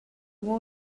war